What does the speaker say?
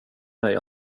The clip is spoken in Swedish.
mig